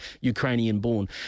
Ukrainian-born